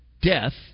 death